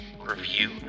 review